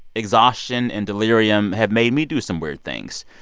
exhaustion and delirium have made me do some weird things.